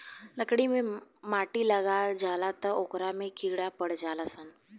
लकड़ी मे माटी लाग जाला त ओकरा में कीड़ा पड़ जाल सन